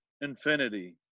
infinity